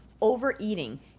overeating